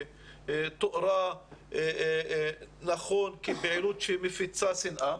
שתוארה נכון כפעילות שמפיצה שנאה,